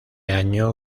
año